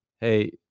Hey